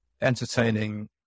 entertaining